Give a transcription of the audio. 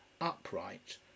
upright